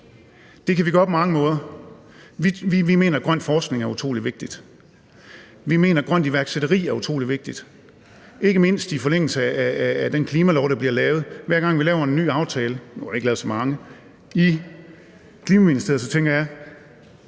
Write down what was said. Det kan vi gøre på mange måder. Vi mener, at grøn forskning er utrolig vigtigt. Vi mener, at grønt iværksætteri er utrolig vigtigt – ikke mindst i forlængelse af den klimalov, der bliver lavet. Hver gang vi laver en ny aftale i Klimaministeriet – nu har